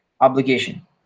obligation